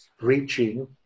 reaching